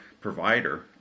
provider